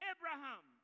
Abraham